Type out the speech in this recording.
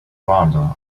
vonda